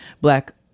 black